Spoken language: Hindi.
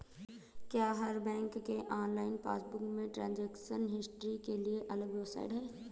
क्या हर बैंक के ऑनलाइन पासबुक में ट्रांजेक्शन हिस्ट्री के लिए अलग वेबसाइट है?